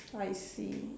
I see